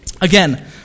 Again